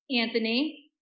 Anthony